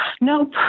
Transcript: Nope